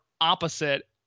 opposite